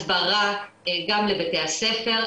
הסברה גם לבתי הספר,